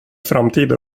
framtida